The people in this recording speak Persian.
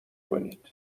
کنید